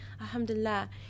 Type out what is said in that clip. alhamdulillah